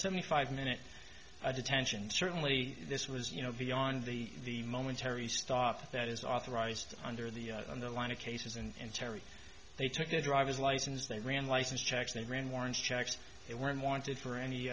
seventy five minute detention certainly this was you know beyond the momentary stop that is authorized under the in the line of cases and terry they took their driver's license they ran license checks they ran warrants checks they weren't wanted for any